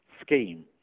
scheme